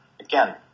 again